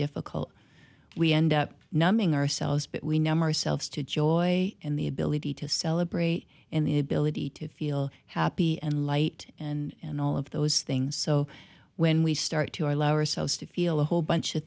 difficult we end up numbing ourselves but we numb ourselves to joy and the ability to celebrate and the ability to feel happy and light and all of those things so when we start to allow ourselves to feel a whole bunch of